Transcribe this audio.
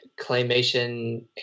claymation